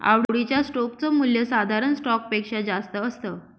आवडीच्या स्टोक च मूल्य साधारण स्टॉक पेक्षा जास्त असत